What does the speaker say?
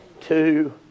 two